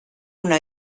una